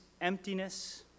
emptiness